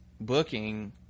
booking